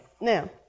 Now